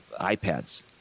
iPads